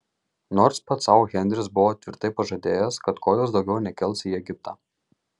nors pats sau henris buvo tvirtai pažadėjęs kad kojos daugiau nekels į egiptą